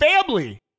family